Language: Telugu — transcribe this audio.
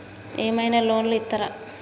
ఏమైనా లోన్లు ఇత్తరా?